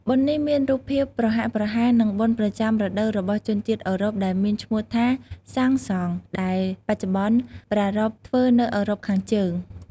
បុណ្យនេះមានរូបភាពប្រហាក់ប្រហែល នឹងបុណ្យប្រចាំរដូវរបស់ជនជាតិអឺរ៉ុបដែលមានឈ្មោះថា សាំងហ្សង់ ដែលបច្ចុប្បន្នប្រារព្ធធ្វើនៅអឺរ៉ុបខាងជើង។